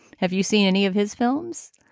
have you seen any of his films?